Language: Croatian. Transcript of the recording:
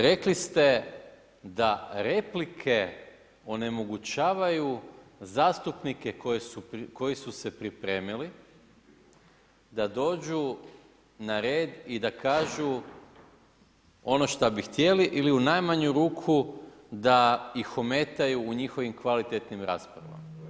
Rekli ste da replike onemogućavaju zastupnike koji su se pripremili da dođu na red i da kažu ono što bi htjeli ili u najmanju ruku da ih ometaju u njihovim kvalitetnim raspravama.